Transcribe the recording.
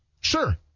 Sure